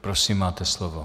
Prosím, máte slovo.